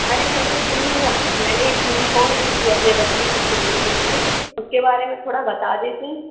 अरे मैडम सुनिए ना मैंने एक यूनिफॉर्म दी थी अपने बच्चे की सिलने के लिए उसके बारे में थोड़ा बता देतीं